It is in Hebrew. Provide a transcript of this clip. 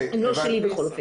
הן לא שלי, בכל אופן.